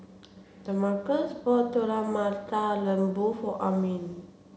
Damarcus bought Telur Mata Lembu for Armin